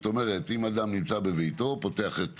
זאת אומרת, אם אדם נמצא בביתו ופותח את